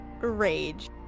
rage